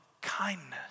kindness